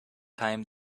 time